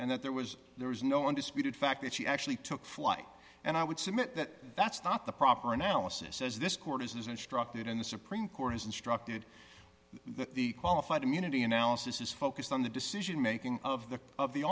and that there was there is no undisputed fact that she actually took flight and i would submit that that's not the proper analysis as this court has instructed in the supreme court has instructed that the qualified immunity analysis is focused on the decision making of the of the